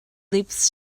lips